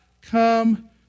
come